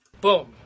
Boom